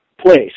place